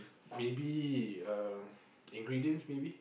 maybe um ingredients maybe